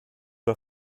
pas